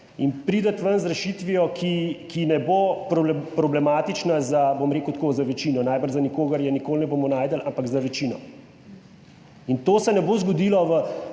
in priti ven z rešitvijo, ki ne bo problematična za, bom rekel tako, za večino najbrž, za nikogar je nikoli ne bomo našli, ampak za večino. Če mislite, da